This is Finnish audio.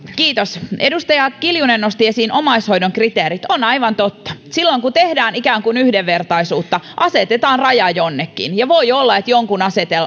kiitos edustaja kiljunen nosti esiin omaishoidon kriteerit on aivan totta että silloin kun ikään kuin tehdään yhdenvertaisuutta asetetaan raja jonnekin ja voi olla että jonkun